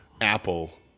Apple